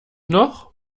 noch